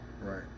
Right